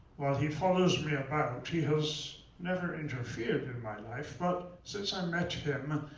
while he follows me about, he has never interfered in my life. but since i met him,